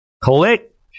Click